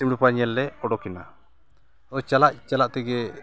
ᱥᱤᱢᱲᱤᱯᱟᱲ ᱧᱮᱞ ᱞᱮ ᱩᱰᱚᱠ ᱮᱱᱟ ᱪᱟᱞᱟᱜ ᱪᱟᱞᱟᱜ ᱛᱮᱜᱮ